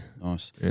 Nice